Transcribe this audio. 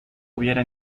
hubiérate